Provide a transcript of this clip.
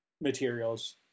materials